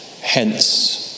hence